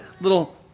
little